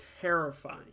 Terrifying